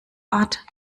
art